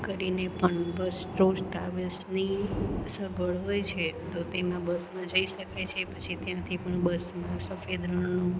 કરીને પણ bus tour ટ્રાવેલ્સની સગવડ હોય છે તો તેમાં બસમાં જઈ શકાય છે પછી ત્યાંથી પણ બસમાં સફેદ રણનું